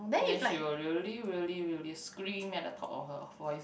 then she will really really really scream at the top of her voice